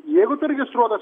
jeigu tu registruotas